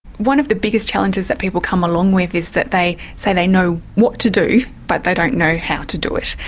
one of the biggest challenges that people come along with is that they say they know what to do but they don't know how to do it.